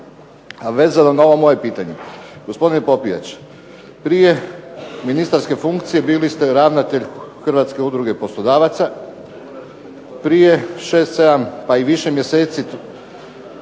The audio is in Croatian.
Vezano na ovo moje pitanje, gospodine Popijač, prije ministarske funkcije bili ste ravnatelj Hrvatske udruge poslodavaca. Prije šest, sedam pa i više mjeseci